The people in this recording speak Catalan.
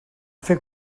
fer